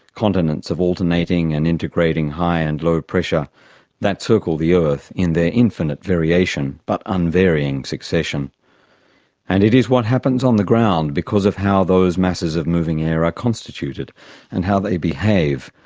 continents of alternating and intergrading high and low pressure that circle the earth in their infinite variation, but unvarying succession and it is what happens on the ground because of how those masses of moving air are constituted and how they behave,